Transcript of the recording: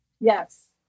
Yes